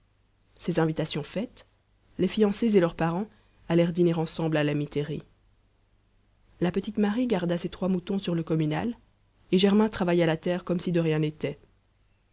ces invitations faites les fiancés et leurs parents allèrent dîner ensemble à la métairie la petite marie garda ses trois moutons sur le communal et germain travailla la terre comme si de rien n'était